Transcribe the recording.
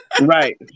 Right